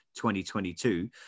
2022